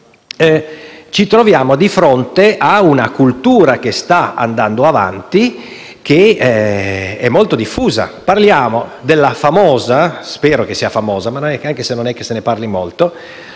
Ci troviamo di fronte a una cultura che sta andando avanti e che è molto diffusa. Parliamo della famosa (almeno, io spero che sia famosa, anche se non se ne parla molto)